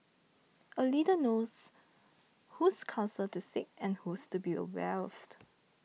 a leader knows whose counsel to seek and whose to be wary of